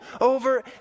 over